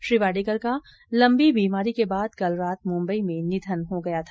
श्री वाडेकर का लंबी बीमारी के बाद कल रात मूंबई में निधन हो गया था